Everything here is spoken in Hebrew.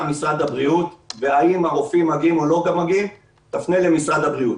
משרד הבריאות והאם הרופאים מגיעים או לא מגיעים תפנה למשרד הבריאות.